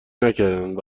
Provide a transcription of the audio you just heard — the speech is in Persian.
نکردند